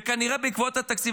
וכנראה בעקבות התקציב,